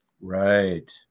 Right